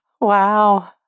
Wow